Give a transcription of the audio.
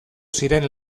ziren